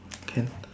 can